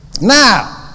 Now